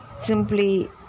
simply